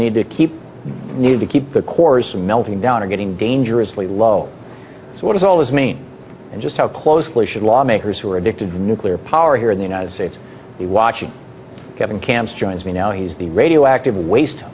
need to keep needed to keep the course of melting down or getting dangerously low so what does all this mean and just how closely should lawmakers who are addicted to nuclear power here in the united states be watching kevin camps joins me now he's the radioactive waste